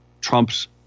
Trump's